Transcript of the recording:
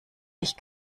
dich